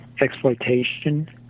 exploitation